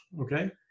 Okay